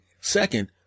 Second